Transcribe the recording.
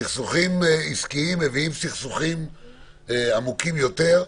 סכסוכים עסקיים מביאים לסכסוכים עמוקים יותר.